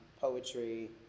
poetry